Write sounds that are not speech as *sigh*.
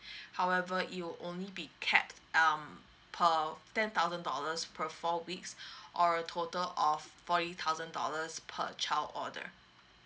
however it will only be capped um per ten thousand dollars per four weeks *breath* or a total of forty thousand dollars per child order